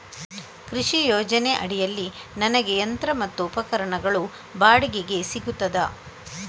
ಕೃಷಿ ಯೋಜನೆ ಅಡಿಯಲ್ಲಿ ನನಗೆ ಯಂತ್ರ ಮತ್ತು ಉಪಕರಣಗಳು ಬಾಡಿಗೆಗೆ ಸಿಗುತ್ತದಾ?